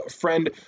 friend